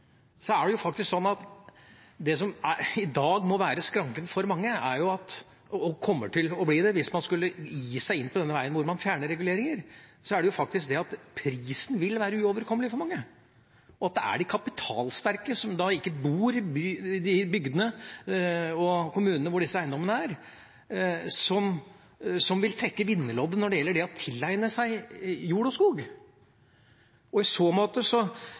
Så jeg syns på mange måter det blir noe kunstig å tro at det å fjerne odels- og åsetesretten åpner opp for at nærmest gud og hvermann kan kjøpe jord- og skogeiendommer. I den grad det skulle ha noen betydning, er jo det som i dag må være skranken for mange – og kommer til å bli det hvis man skulle begi seg inn på den veien hvor man fjerner reguleringer – at prisen faktisk vil være uoverkommelig, og at det er de kapitalsterke, som da ikke bor i de bygdene og kommunene hvor disse eiendommene er, som vil trekke vinnerloddet når det